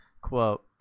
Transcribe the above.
quote